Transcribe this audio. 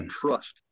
trust